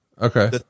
Okay